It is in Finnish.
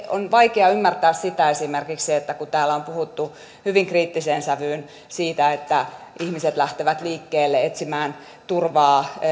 on vaikea ymmärtää sitä esimerkiksi että kun täällä on puhuttu hyvin kriittiseen sävyyn siitä että ihmiset lähtevät liikkeelle etsimään turvaa